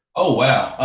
oh wow,